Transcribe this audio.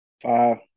Five